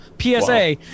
PSA